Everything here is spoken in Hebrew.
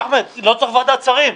אחמד, לא צריך ועדת שרים.